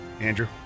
Andrew